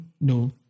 No